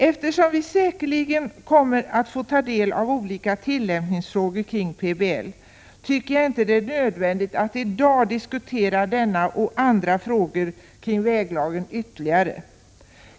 Eftersom vi säkerligen kommer att få ta del av olika tillämpningsfrågor när det gäller PBL, tycker jag inte att det är nödvändigt att i dag ytterligare diskutera denna och andra frågor kring väglagen.